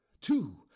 two